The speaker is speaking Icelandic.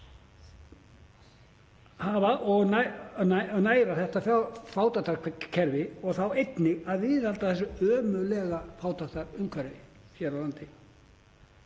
að næra þetta fátæktarkerfi og þá einnig að viðhalda þessu ömurlega fátæktarumhverfi hér á landi.